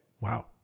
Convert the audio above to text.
Wow